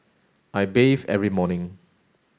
I bathe every morning